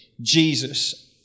Jesus